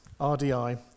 RDI